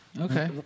Okay